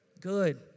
good